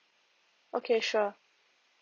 okay sure